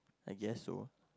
I guess so